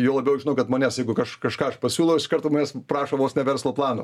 juo labiau žinau kad manęs jeigu kažką aš pasiūlau iš karto manęs prašo vos ne verslo plano